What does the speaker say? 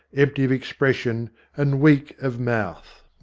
empty of expression and weak of mouth.